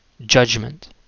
judgment